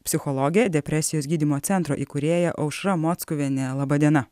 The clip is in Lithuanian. psichologė depresijos gydymo centro įkūrėja aušra mockuvienė laba diena